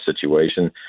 situation